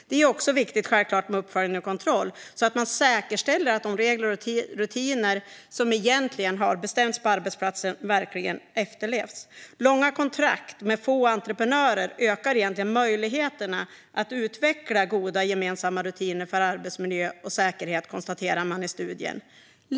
Det är självklart också viktigt med uppföljning och kontroll så att man säkerställer att de regler och rutiner som egentligen har bestämts på arbetsplatsen verkligen efterlevs. Långa kontrakt med få entreprenörer ökar möjligheterna att utveckla goda gemensamma rutiner för arbetsmiljö och säkerhet, konstaterar man i studien.